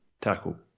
tackle